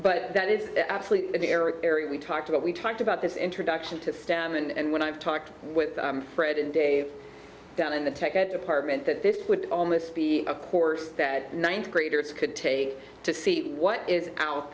but that is absolutely an error area we talked about we talked about this introduction to stem and when i've talked with fred and dave down in the tech at department that this would almost be a course that ninth graders could take to see what is out